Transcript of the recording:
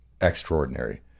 extraordinary